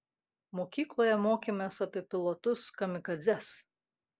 mokykloje mokėmės apie pilotus kamikadzes